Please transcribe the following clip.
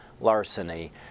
Larceny